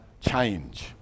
Change